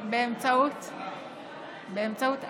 את צריכה להמשיך באותה מדיניות גם כשרה.